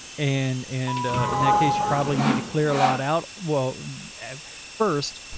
and, and, in that case, you probably need to clear a lot out, well first,